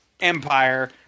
Empire